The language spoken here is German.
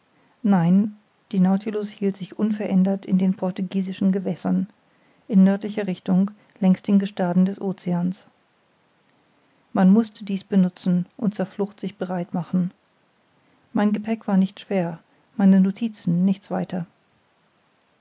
nein der nautilus hielt sich unverändert in den portugiesischen gewässern in nördlicher richtung längs den gestaden des oceans man mußte dieses benutzen und zur flucht sich bereit machen mein gepäck war nicht schwer meine notizen nichts weiter